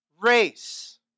race